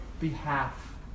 behalf